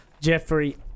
Jeffrey